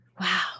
Wow